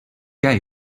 jij